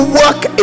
work